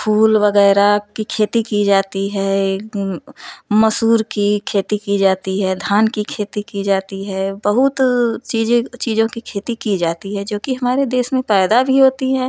फूल वगैरह की खेती की जाती है मसूर की खेती की जाती है धान की खेती की जाती है बहुत चीज़ें चीज़ों की खेती की जाती है जो कि हमारे देश में पैदा भी होती है